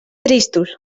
tristos